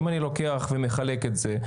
אם אני לוקח ומחלק את זה,